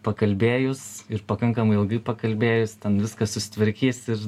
pakalbėjus ir pakankamai ilgai pakalbėjus ten viskas susitvarkys ir